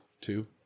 two